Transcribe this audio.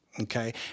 Okay